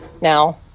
Now